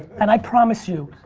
and i promise you,